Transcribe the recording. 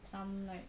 some like